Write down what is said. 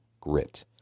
grit